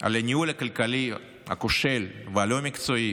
על הניהול הכלכלי הכושל והלא-מקצועי